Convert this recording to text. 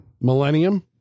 Millennium